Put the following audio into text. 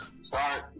start